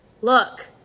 look